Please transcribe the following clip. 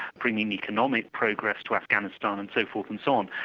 bringing economic progress to afghanistan and so forth and so on,